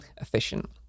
efficient